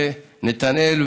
נתנאל,